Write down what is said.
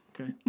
Okay